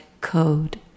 code